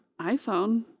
iphone